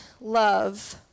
love